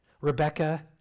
Rebecca